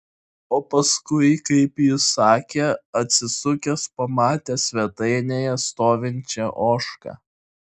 o paskui kaip jis sakė atsisukęs pamatė svetainėje stovinčią ožką